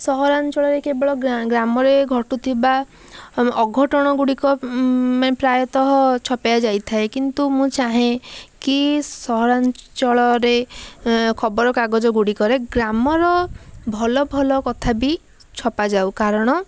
ସହରାଞ୍ଚଳରେ କେବଳ ଗ୍ରାମରେ ଘଟୁଥିବା ଅଘଟଣଗୁଡ଼ିକ ମାନେ ପ୍ରାୟତଃ ଛପାଯାଇଥାଏ କିନ୍ତୁ ମୁଁ ଚାହେଁ କି ସହରାଞ୍ଚଳରେ ଖବରକାଗଜଗୁଡ଼ିକରେ ଗ୍ରାମର ଭଲ ଭଲ କଥା ବି ଛପାଯାଉ କାରଣ